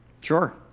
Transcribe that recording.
Sure